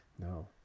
No